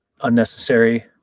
unnecessary